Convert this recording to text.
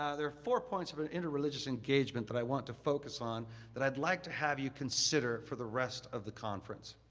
ah there are four points of an interreligious engagement that i want to focus on that i'd like to have you consider for the rest of the conference.